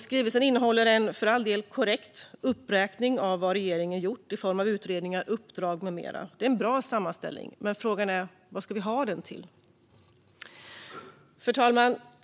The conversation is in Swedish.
Skrivelsen innehåller för all del en korrekt uppräkning av vad regeringen har gjort i form av utredningar, uppdrag med mera. Det är en bra sammanställning. Men frågan är: Vad ska vi ha den till? Herr talman!